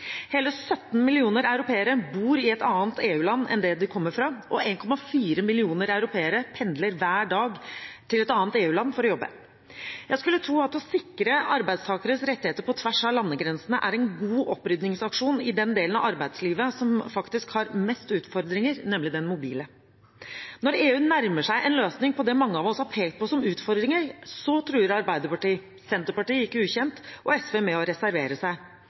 Hele 17 millioner europeere bor i et annet EU-land enn det de kommer fra, og 1,4 millioner europeere pendler hver dag til et annet EU-land for å jobbe. Jeg skulle tro at å sikre arbeidstakeres rettigheter på tvers av landegrensene er en god opprydningsaksjon i den delen av arbeidslivet som har mest utfordringer, nemlig den mobile. Når EU nærmer seg en løsning på det mange av oss har pekt på som utfordringer, truer Arbeiderpartiet, Senterpartiet, ikke ukjent, og SV med å reservere seg